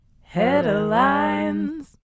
Headlines